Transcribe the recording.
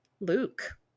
Luke